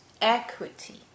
equity